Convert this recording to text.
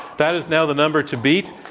that is now the number to beat.